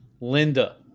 linda